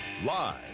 Live